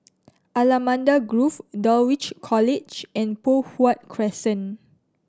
Allamanda Grove Dulwich College and Poh Huat Crescent